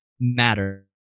matter